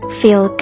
feel